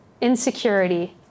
insecurity